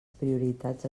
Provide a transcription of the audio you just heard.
prioritats